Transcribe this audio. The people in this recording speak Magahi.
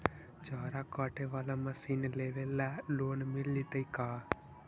चारा काटे बाला मशीन लेबे ल लोन मिल जितै का?